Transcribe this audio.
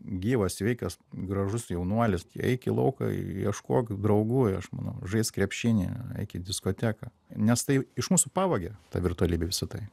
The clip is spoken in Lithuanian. gyvas sveikas gražus jaunuolis eik į lauką ieškok draugų aš manau žaisk krepšinį eik į diskoteką nes tai iš mūsų pavogė ta virtualybė visa tai